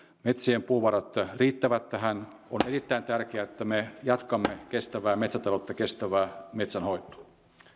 metsien puuvarat riittävät tähän on erittäin tärkeää että me jatkamme kestävää metsätaloutta kestävää metsänhoitoa